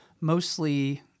mostly